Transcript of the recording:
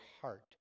heart